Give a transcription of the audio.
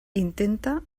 intenta